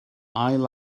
ail